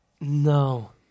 No